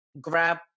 grab